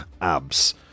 abs